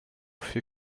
viel